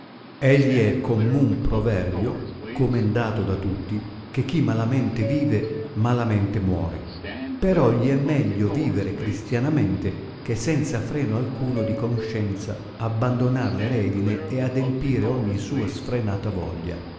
egli é commun proverbio comendato da tutti che chi malamente vive malamente muore però gli é meglio vivere cristianamente che senza freno alcuno di conscienza abbandonar le redine e adempire ogni sua sfrenata voglia